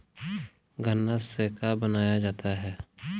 गान्ना से का बनाया जाता है?